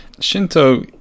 Shinto